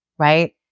right